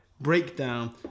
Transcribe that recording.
Breakdown